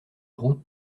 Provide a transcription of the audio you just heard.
route